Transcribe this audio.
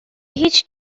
هیچ